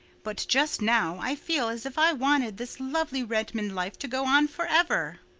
but just now i feel as if i wanted this lovely redmond life to go on forever.